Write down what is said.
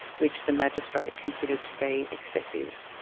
which the magistrate considered to be excessive.